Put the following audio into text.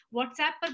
WhatsApp